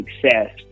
success